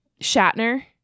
Shatner